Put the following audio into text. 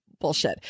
bullshit